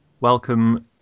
Welcome